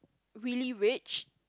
really rich